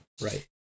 Right